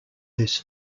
this